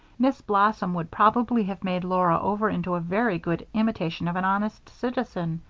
miss blossom would probably have made laura over into a very good imitation of an honest citizen.